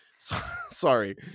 sorry